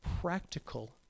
practical